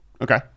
Okay